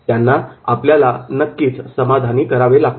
त्यांना आपल्याला समाधानी करावे लागते